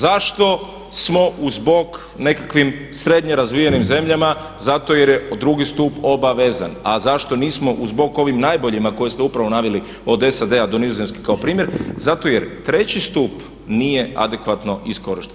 Zašto smo u zbog nekakvih srednje razvijenim zemljama zato jer je drugi stup obavezan a zašto nismo u zbog ovim najboljima koje ste upravo naveli od SAD-a do Nizozemske kao primjer zato jer treći stup nije adekvatno iskorišten.